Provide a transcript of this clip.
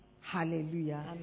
Hallelujah